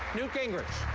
newt gingrich.